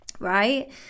right